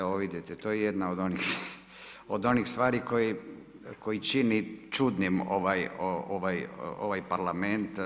Evo vidite, to je jedna od onih stvari koji čini čudnim ovaj Parlament.